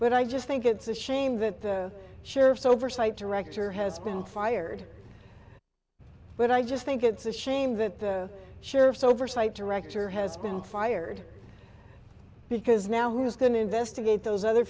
but i just think it's a shame that the sheriff's oversight director has been fired but i just think it's a shame that the sheriff's oversight director has been fired because now who is going to investigate those other